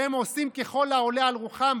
והם עושים ככל העולה על רוחם,